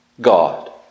God